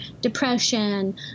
depression